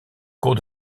cours